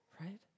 Right